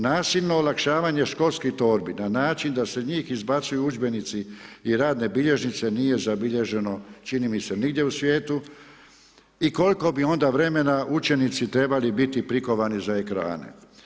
Nasilno olakšavanje školskih torbi na način da se njih izbacuje udžbenici i radne bilježnice nije zabilježeno čini mi se nigdje u svijetu i koliko bi onda vremena učenici trebali biti prikovani za ekrane?